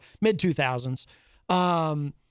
mid-2000s